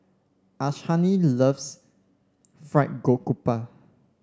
Ashanti loves Fried Garoupa